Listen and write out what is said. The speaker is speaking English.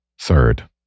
third